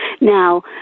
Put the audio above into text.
Now